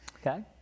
Okay